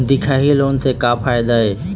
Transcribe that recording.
दिखाही लोन से का फायदा हे?